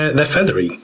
ah they're feathery.